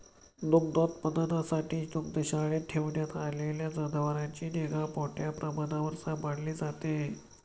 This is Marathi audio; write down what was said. दुग्धोत्पादनासाठी दुग्धशाळेत ठेवण्यात आलेल्या जनावरांची निगा मोठ्या प्रमाणावर सांभाळली जाते